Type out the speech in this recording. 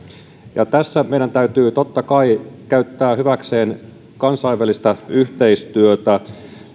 tässä meidän täytyy totta kai käyttää hyväksemme kansainvälistä yhteistyötä